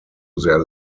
their